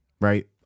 right